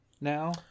now